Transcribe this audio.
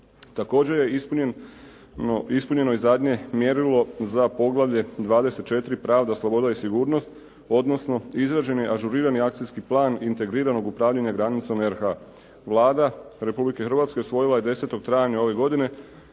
Također je ispunjeno i zadnje mjerilo za poglavlje 24. – Pravda, sloboda i sigurnost, odnosno izrađen je ažurirani akcijski plan integriranog upravljanja granicama RH. Vlada Republike Hrvatske usvojila je 10. travnja ove godine